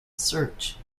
search